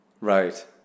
Right